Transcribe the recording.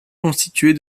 constituer